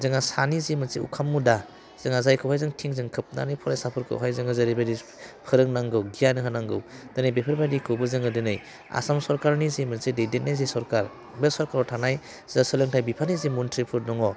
जोंहा सानि जि मोनसे उखुम मुदा जोंहा जायखौहाय जों थिंजों खोबनानै फरायसाफोरखौहाय जोङो जेरैबायदि फोरोंनांगौ गियान होनांगौ दिनै बेफोरबायदिखौबो जोङो दिनै आसाम सरकारनि जि मोनसे दैदेन्नाय जे सरकार बे सरकाराव थानाय जा सोलोंथाइ बिफाननि जे मन्थ्रिफोर दङ